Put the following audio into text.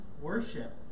worship